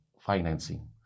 financing